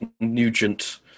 Nugent